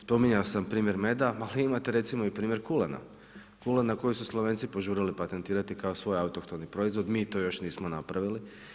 Spominjao sam primjer meda, ali imate primjer kulena, kulena kojeg su Slovenci požurili patentirati kao svoj autohtoni proizvod, mi to još nismo napravili.